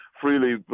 freely